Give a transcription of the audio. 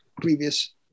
previous